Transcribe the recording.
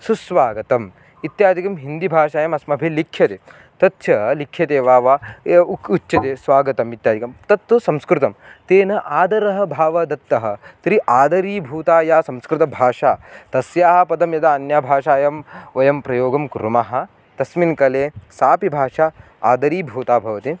सुस्वागतम् इत्यादिकं हिन्दीभाषायाम् अस्माभिः लिख्यते तच्च लिख्यते वा एव उक् उच्यते स्वागतम् इत्यादिकं तत्तु संस्कृतं तेन आदरः भावः दत्तः तर्हि आदरीभूता या संस्कृतभाषा तस्याः पदं यदा अन्या भाषायां वयं प्रयोगं कुर्मः तस्मिन् काले सापि भाषा आदरीभूता भवति